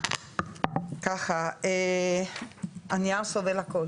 ככה: הנייר סובל הכול.